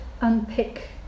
unpick